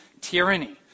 tyranny